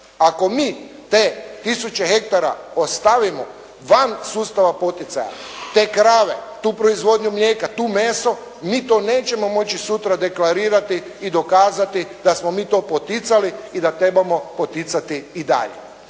Ako mi te tisuće hektara ostavimo van sustava poticaja, te krave, tu proizvodnju mlijeka, to meso, mi to nećemo moći sutra deklarirati i dokazati da smo mi to poticali i da trebamo poticati i dalje.